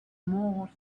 more